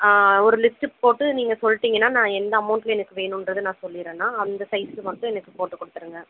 ஒரு லிஸ்ட்டு போட்டு நீங்கள் சொல்லிடீங்கனா நான் எந்த அமௌண்டடில் எனக்கு வேணும்ன்றதை நான் சொல்லிடுறேணா அந்த சைஸ்க்கு மட்டும் எனக்கு போட்டுக் கொடுத்துருங்க